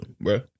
bro